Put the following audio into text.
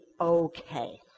okay